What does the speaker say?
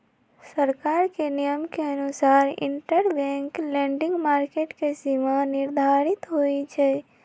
सरकार के नियम के अनुसार इंटरबैंक लैंडिंग मार्केट के सीमा निर्धारित होई छई